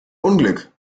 unglück